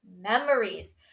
memories